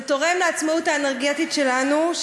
זה תורם לעצמאות האנרגטית שלנו,